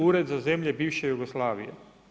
Ured za zemlje bivše Jugoslavije.